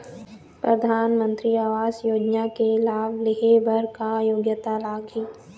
परधानमंतरी आवास योजना के लाभ ले हे बर का योग्यता लाग ही?